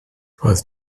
roedd